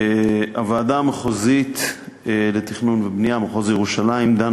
הוועדה המחוזית לתכנון ולבנייה מחוז ירושלים דנה